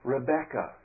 Rebecca